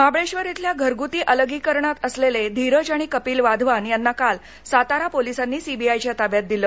महाबळेश्वर येथील घरगुती अलगीकरण असलेले धीर आणि कपिल वाधवान यांना काल सातारा पोलिसांनी सीबीआयच्या ताब्यात दिले